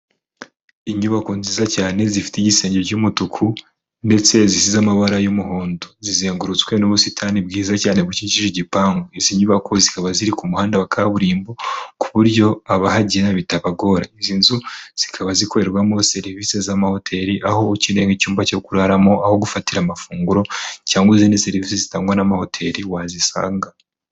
Inyubako nziza cyane zifite igisenge cy'umutuku ndetse zisize amabara y'umuhondo, zizengurutswe n'ubusitani bwiza cyane bukikije igipangu, izi nyubako zikaba ziri ku muhanda wa kaburimbo ku buryo abahagera bitabagora. Izi nzu zikaba zikorerwamo serivisi z'amahoteli, aho ukeneye icyumba cyo kuraramo, aho gufatira amafunguro cyangwa izindi serivisi zitangwa n'amahoteli wazisanga.